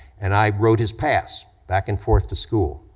and i rode his pass back and forth to school,